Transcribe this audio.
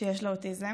שיש לה אוטיזם,